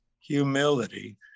humility